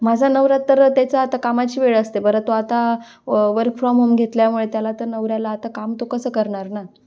माझा नवरा तर त्याचं आता कामाची वेळ असते बरं तो आता वर्क फ्रॉम होम घेतल्यामुळे त्याला तर नवऱ्याला आता काम तो कसं करणार ना